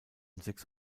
sechs